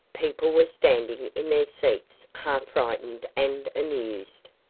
people were standing in their seats half frightened and amused,